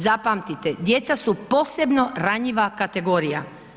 Zapamtite, djeca su posebno ranjiva kategorija.